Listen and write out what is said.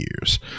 years